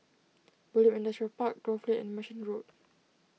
Bulim Industrial Park Grove Lane and Merchant Road